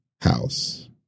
house